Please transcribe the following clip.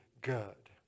good